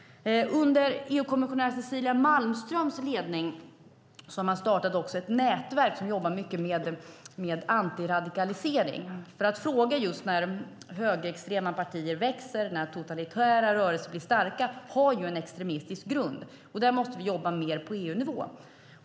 Under EU-kommissionären Cecilia Malmströms ledning har det startats ett nätverk som jobbar med antiradikalisering. När högerextrema partier växer och när totalitära rörelser blir starka har det en extremistisk grund. Där måste vi jobba mer på EU-nivå.